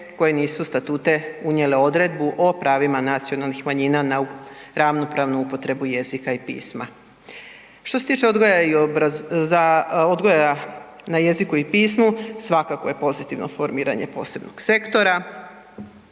koje nisu u statute unijele odredbu o pravima nacionalnih manjina na ravnopravnu upotrebu jezika i pisma. Što se tiče odgoja na jeziku i pismu, svakako je pozitivno formiranje posebnog sektora